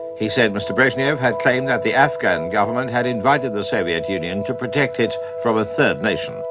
he said mr brezhnev had claimed that the afghan government had invited the soviet union to protect it from a third nation,